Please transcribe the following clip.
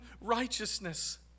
righteousness